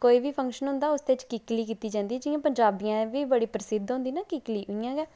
कि कोई बी फंक्श होंदा उसदे च कीकली कीती जंदी जियां पंजाबियें दे बी बड़ी प्रसिद्ध होंदी ना कीकली इंया गै